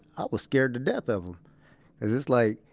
i was scared to death of him, because it's like,